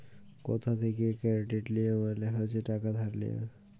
কথা থ্যাকে কেরডিট লিয়া মালে হচ্ছে টাকা ধার লিয়া